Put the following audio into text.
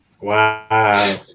Wow